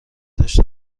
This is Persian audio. داشته